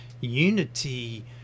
unity